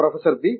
professor B